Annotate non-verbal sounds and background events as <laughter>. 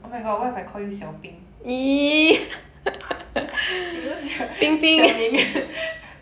oh my god why if I call you 小冰 <laughs>